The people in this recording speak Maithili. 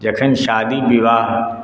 जखन शादी विवाह